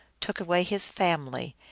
took away his family,